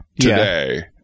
today